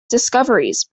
discoveries